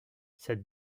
cette